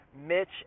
Mitch